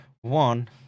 one